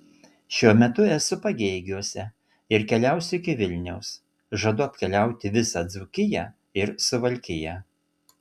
šiuo metu esu pagėgiuose ir keliausiu iki vilniaus žadu apkeliauti visą dzūkiją ir suvalkiją